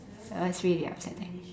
that was really upsetting